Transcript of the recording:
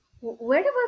wherever